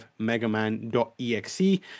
MegaMan.exe